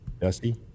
Dusty